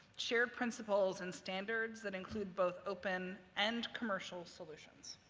shared principles, and standards that include both open and commercial solutions.